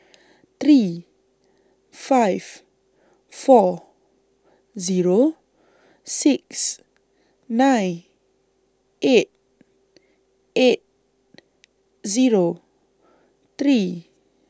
three five four Zero six nine eight eight Zero three